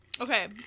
Okay